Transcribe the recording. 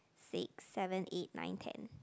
six seven eight nine ten